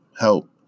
help